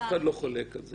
אף אחד לא חולק על זה.